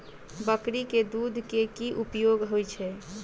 बकरी केँ दुध केँ की उपयोग होइ छै?